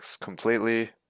completely